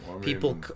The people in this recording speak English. People